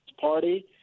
Party